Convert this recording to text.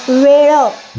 वेळ